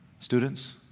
Students